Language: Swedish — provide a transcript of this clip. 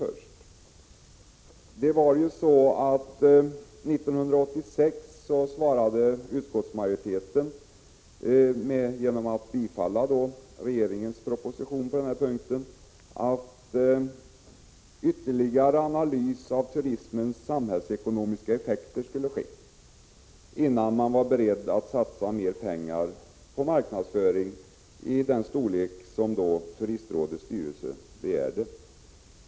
År 1986 uttalade utskottsmajoriteten i samband med att den tillstyrkte regeringens proposition i dessa frågor att en ytterligare analys av turismens samhällsekonomiska effekter skulle genomföras innan man var beredd att satsa mer pengar på marknadsföring av den storlek som Turistrådets styrelse begärde.